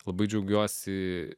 labai džiaugiuosi